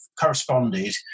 corresponded